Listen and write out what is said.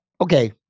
Okay